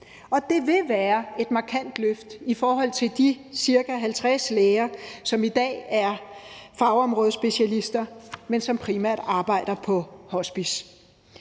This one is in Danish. det vil være et markant løft i forhold til de ca. 50 læger, som i dag er fagområdespecialister, men som primært arbejder på hospice.